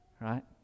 right